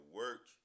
work